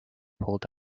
pulled